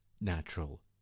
natural